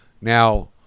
Now